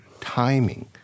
timing